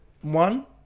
one